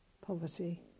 poverty